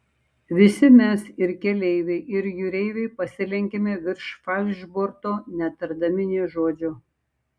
visi mes ir keleiviai ir jūreiviai pasilenkėme virš falšborto netardami nė žodžio